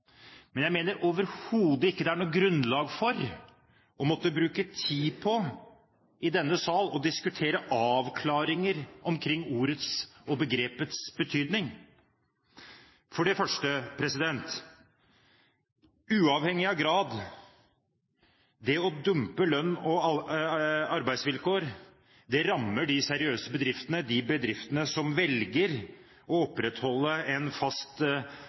Men jeg mener overhodet ikke det er noe grunnlag for å måtte bruke tid – i denne sal – på å diskutere avklaringer omkring begrepets betydning. For det første, uavhengig av grad: Det å dumpe lønns- og arbeidsvilkår rammer de seriøse bedriftene, de bedriftene som velger å opprettholde en fast